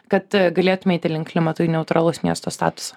kad galėtume eiti link klimatui neutralaus miesto statuso